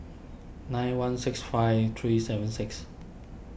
nine one six five three seven six